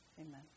amen